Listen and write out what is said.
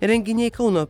renginiai kauno